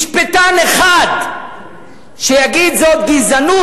משפטן אחד, שיגיד: זאת גזענות.